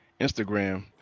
Instagram